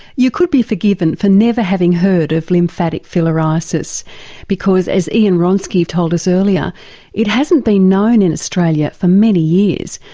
you could be forgiven for never having heard of lymphatic filariasis because as ian wronski told us earlier it hasn't been known in australia for many years.